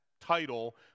title